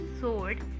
sword